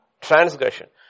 transgression